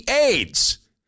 AIDS